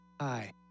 Hi